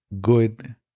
good